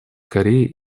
корее